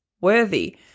worthy